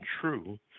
true